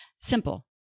simple